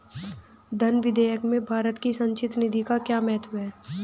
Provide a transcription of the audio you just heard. धन विधेयक में भारत की संचित निधि का क्या महत्व है?